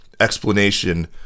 explanation